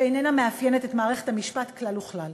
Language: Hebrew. שאיננה מאפיינת את מערכת המשפט כלל וכלל.